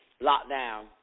lockdown